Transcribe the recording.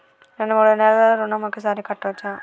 రెండు మూడు నెలల ఋణం ఒకేసారి కట్టచ్చా?